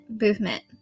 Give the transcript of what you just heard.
movement